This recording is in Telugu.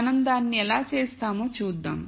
మనం దానిని ఎలా చేస్తామో చూద్దాం